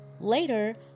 Later